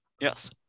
Yes